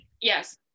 Yes